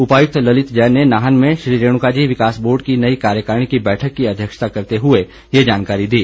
उपायुक्त ललित जैन ने नाहन में श्री रेणुका जी विकास बोर्ड की नई कार्यकारिणी की बैठक की अध्यक्षता करते हुए ये जानकारी दी